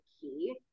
key